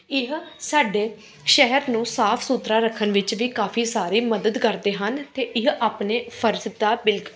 ਇਹ ਸਾਡੇ ਸ਼ਹਿਰ ਨੂੰ ਸਾਫ ਸੁਥਰਾ ਰੱਖਣ ਵਿੱਚ ਵੀ ਕਾਫੀ ਸਾਰੀ ਮਦਦ ਕਰਦੇ ਹਨ ਅਤੇ ਇਹ ਆਪਣੇ ਫਰਜ਼ ਦਾ ਬਿ